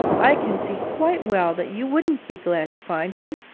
i can see quite well that you wouldn't be glad to find him.